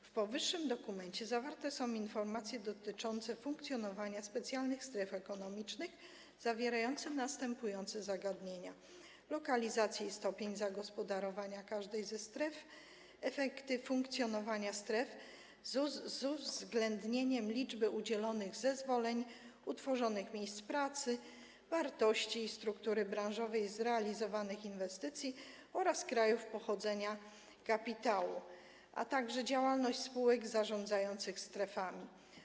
W powyższym dokumencie zawarte są informacje dotyczące funkcjonowania specjalnych stref ekonomicznych zawierające następujące zagadnienia: lokalizacja i stopień zagospodarowania każdej ze stref, efekty funkcjonowania stref z uwzględnieniem liczby udzielonych zezwoleń, utworzonych miejsc pracy, wartości i struktury branżowej zrealizowanych inwestycji oraz krajów pochodzenia kapitału, a także dane dotyczące działalności spółek zarządzających strefami.